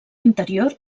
interior